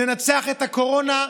ננצח את הקורונה,